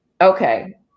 Okay